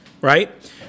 right